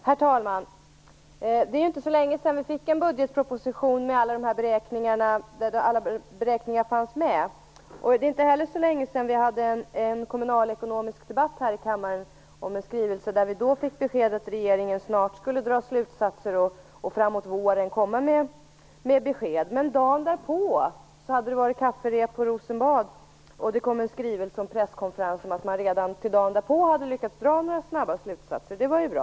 Herr talman! Det är ju inte så länge sedan vi fick en budgetproposition där alla beräkningar fanns med. Det är inte heller så länge sedan vi hade en kommunalekonomisk debatt här i kammaren om en skrivelse där vi då fick beskedet att regeringen snart skulle dra slutsatser och komma med besked framåt våren. Men dagen därpå hade det varit kafferep på Rosenbad och det kom en presskonferens och en skrivelse om att man redan till dagen därpå hade lyckats dra några snabba slutsatser, och det var ju bra.